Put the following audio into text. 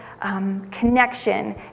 Connection